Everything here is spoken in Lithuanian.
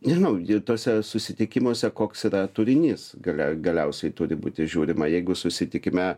nežinau ji tuose susitikimuose koks yra turinys galia galiausiai turi būti žiūrima jeigu susitikime